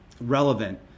relevant